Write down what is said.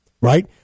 Right